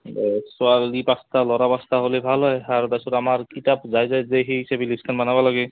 ছোৱালী পাঁছটা ল'ৰা পাঁছটা হ'লে ভাল হয় আৰু তাৰ পাছত আমাৰ কিতাপ যায় যায় যে সেই হিচাপে লিষ্টখন বনাব লাগে